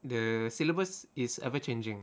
the syllabus is ever changing